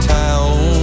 town